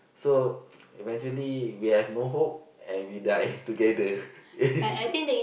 so eventually we have no hope and we die together in